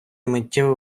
миттєво